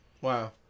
Wow